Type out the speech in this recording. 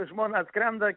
žmona atskrenda